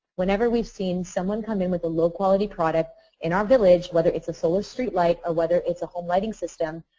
whenever we've seen someone coming with the low quality product in our village whether it's a solar street light or whether it's a home lighting system,